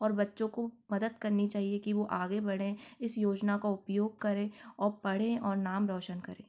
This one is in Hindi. और बच्चों को मदद करनी चाहिए कि वो आगे बढ़ें इस योजना का उपयोग करें और पढ़ें और नाम रौशन करें